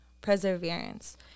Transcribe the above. perseverance